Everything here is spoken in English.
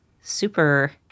super